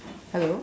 hello